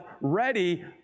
ready